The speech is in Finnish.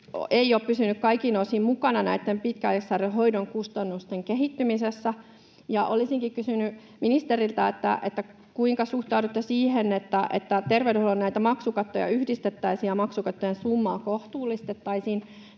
ei ole pysynyt kaikin osin mukana pitkäaikaissairaiden hoidon kustannusten kehittymisessä, ja olisinkin kysynyt ministeriltä: kuinka suhtaudutte siihen, että terveydenhuollon maksukattoja yhdistettäisiin ja maksukattojen summaa kohtuullistettaisiin,